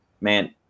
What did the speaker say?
man